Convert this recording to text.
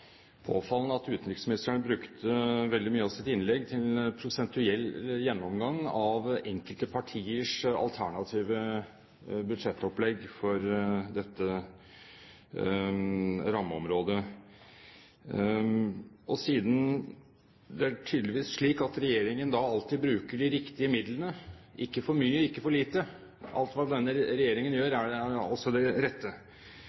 påfallende at utenriksministeren brukte veldig mye av sitt innlegg til prosentuell gjennomgang av enkelte partiers alternative budsjettopplegg for dette rammeområdet. Siden det tydeligvis er slik at regjeringen alltid bruker de riktige midlene – ikke for mye, ikke for lite, alt hva denne regjeringen gjør, er altså det rette